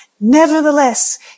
Nevertheless